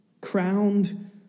crowned